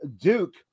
Duke